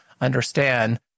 understand